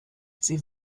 sie